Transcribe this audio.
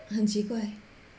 很奇怪